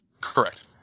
Correct